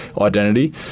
identity